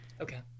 Okay